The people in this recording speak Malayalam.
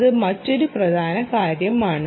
അത് മറ്റൊരു പ്രധാന കാര്യമാണ്